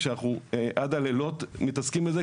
שאנחנו עד הלילות מתעסקים עם זה,